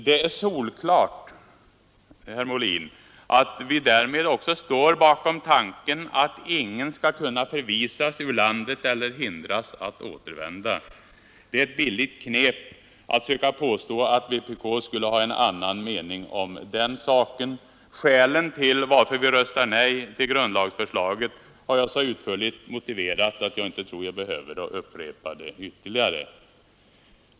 Det är solklart, herr Molin, att vi därmed också står bakom tanken att ingen skall kunna förvisas ur landet eller hindras att återvända. Det är ett billigt knep att påstå att vpk skulle ha en annan mening om den saken. Skälen till att vi röstar nej till det nu vilande grundlagsförslaget har jag så utförligt redogjort för att jag inte tror att jag behöver upprepa dem ytterligare.